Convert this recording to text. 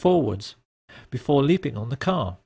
forwards before leaping on the c